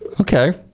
okay